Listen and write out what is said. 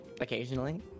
Occasionally